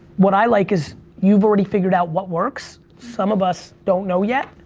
what i like is you've already figured out what works some of us don't know yet.